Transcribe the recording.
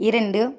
இரண்டு